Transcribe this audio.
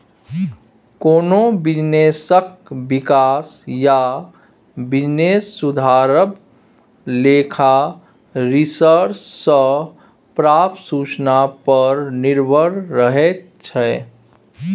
कोनो बिजनेसक बिकास या बिजनेस सुधरब लेखा रिसर्च सँ प्राप्त सुचना पर निर्भर रहैत छै